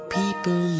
people